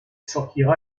sortira